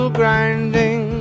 grinding